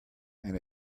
and